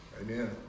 Amen